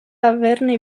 averne